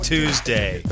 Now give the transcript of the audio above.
Tuesday